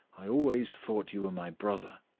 i always thought you were my brother.